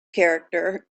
character